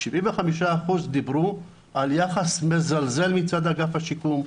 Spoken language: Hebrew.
75% דיברו על יחס מזלזל מצד אגף השיקום,